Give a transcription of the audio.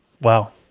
Wow